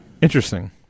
Interesting